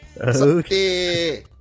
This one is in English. Okay